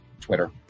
Twitter